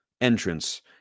entrance